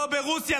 לא ברוסיה,